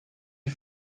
die